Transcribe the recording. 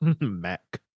Mac